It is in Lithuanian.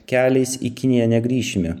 keliais į kiniją negrįšime